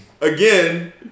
Again